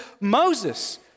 Moses